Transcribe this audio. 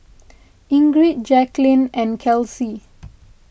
Ingrid Jacqueline and Kelsea